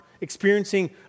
experiencing